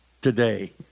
today